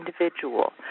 individual